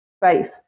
base